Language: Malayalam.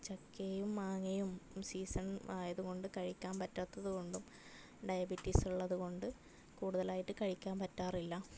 ചക്കയും മാങ്ങയും സീസൺ ആയതുകൊണ്ട് കഴിക്കാൻ പറ്റാത്തത് കൊണ്ടും ഡയബറ്റീസ് ഉള്ളത് കൊണ്ട് കൂടുതലായിട്ട് കഴിക്കാൻ പറ്റാറില്ല